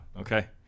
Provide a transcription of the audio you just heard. okay